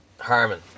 Harmon